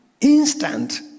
Instant